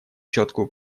четкую